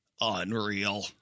Unreal